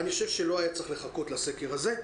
אני חושב שלא היה צריך לחכות לסקר הזה,